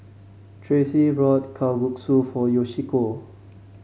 Tracie brought Kalguksu for Yoshiko